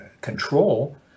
control